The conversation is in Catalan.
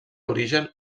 origen